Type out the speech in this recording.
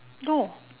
no